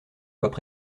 soient